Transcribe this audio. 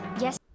Yes